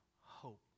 hope